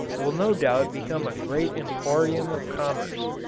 will no doubt become a great emporium of commerce.